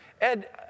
Ed